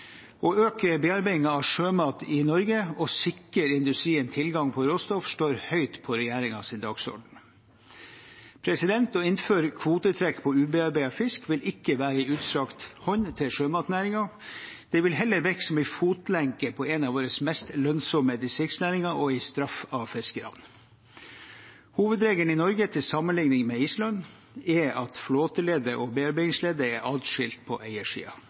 Å øke bearbeidingen av sjømat i Norge og sikre industrien tilgang på råstoff står høyt på regjeringens dagsorden. Å innføre et kvotetrekk på ubearbeidet fisk vil ikke være en utstrakt hånd til sjømatnæringen. Det vil heller virke som en fotlenke på en av våre mest lønnsomme distriktsnæringer og en straff av fiskerne. Hovedregelen i Norge – til sammenligning med Island – er at flåteleddet og bearbeidingsleddet er adskilt på